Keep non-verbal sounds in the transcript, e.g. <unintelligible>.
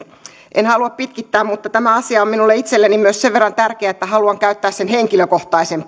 en halua pitkittää mutta tämä asia on myös minulle itselleni sen verran tärkeä että haluan käyttää henkilökohtaisen <unintelligible>